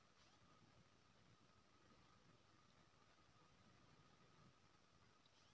मशरूमकेँ शाकाहारी लोक लेल मासु केर समान पौष्टिक मानल गेल छै